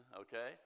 okay